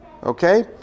okay